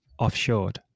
offshored